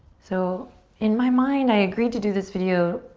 so in my mind i agreed to do this video